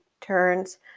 turns